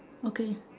okay